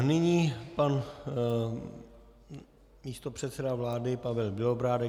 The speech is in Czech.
Nyní pan místopředseda vlády Pavel Bělobrádek.